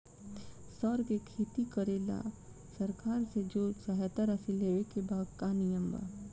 सर के खेती करेला सरकार से जो सहायता राशि लेवे के का नियम बा?